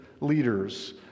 leaders